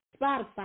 Spotify